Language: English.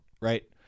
right